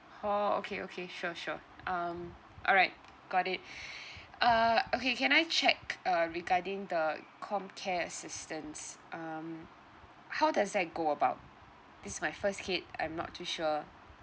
oh okay okay sure sure um alright got it uh okay can I check uh regarding the comcare assistance um how does that go about this is my first kid I'm not too sure